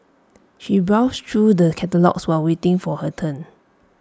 she browsed through the catalogues while waiting for her turn